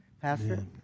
Pastor